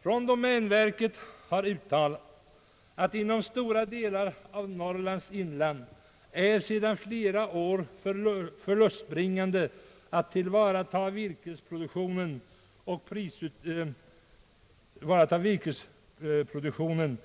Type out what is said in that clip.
Från domänverket har uttalats, att det inom stora delar av Norrlands inland sedan flera år är förlustbringande att tillvarata virkesproduktionen. Prisutvecklingen